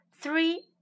Three